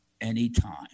anytime